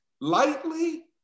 lightly